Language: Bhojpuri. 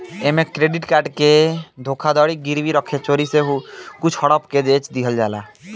ऐमे क्रेडिट कार्ड के धोखाधड़ी गिरवी रखे चोरी से कुछ हड़प के बेच दिहल जाला